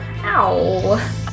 ow